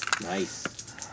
Nice